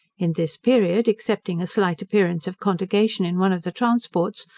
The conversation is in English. in this period, excepting a slight appearance of contagion in one of the transports,